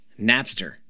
Napster